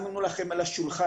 שמנו לכם על השולחן,